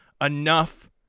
enough